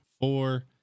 four